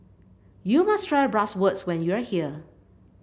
you must try Bratwurst when you are here